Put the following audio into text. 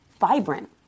vibrant